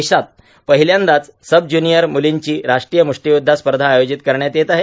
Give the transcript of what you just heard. देशात पहिल्यांदाच सबज्यूनिअर मुर्लीची राष्ट्रीय मुष्टीयुध्दा स्पर्धा आयोजित करण्यात येत आहे